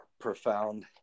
profound